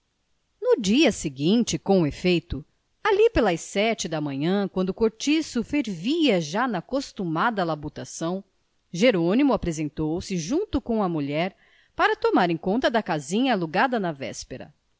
no dia seguinte com efeito ali pelas sete da manhã quando o cortiço fervia já na costumada labutação jerônimo apresentou-se junto com a mulher para tomarem conta da casinha alugada na véspera